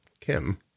Kim